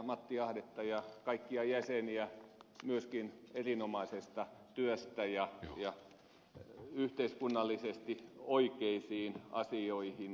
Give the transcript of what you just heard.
matti ahdetta ja kaikkia jäseniä myöskin erinomaisesta työstä ja yhteiskunnallisesti oikeisiin asioihin kajoamisesta